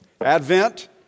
Advent